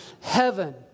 heaven